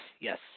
yes